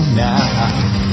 now